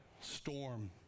storm